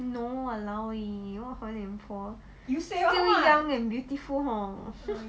no !walao! eh what 黄脸婆 still young and beautiful hor